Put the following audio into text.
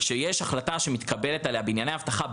שיש החלטה שמתקבלת בענייני אבטחה,